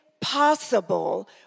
possible